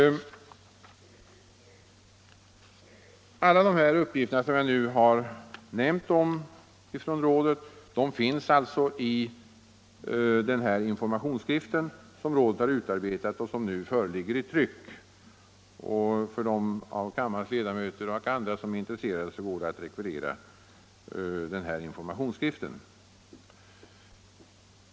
Alla de här uppgifterna inom rådet som jag nu har nämnt finns angivna i den informationsskrift som rådet utarbetat och som nu föreligger i tryck. De av kammarens ledamöter som är intresserade och även andra kan rekvirera den här informationsskriften.